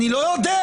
אני לא יודע.